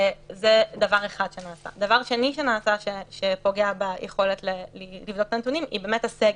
דבר שני שנעשה שפוגע ביכולת לבדוק את הנתונים זה באמת הסגר,